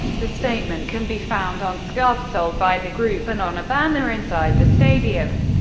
the statement can be found on scarves sold by the group, and on a banner inside the stadium.